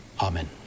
Amen